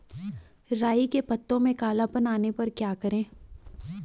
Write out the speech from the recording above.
राई के पत्तों में काला पन आने पर क्या करें?